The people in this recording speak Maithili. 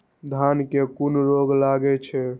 धान में कुन रोग लागे छै?